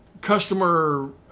customer